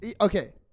okay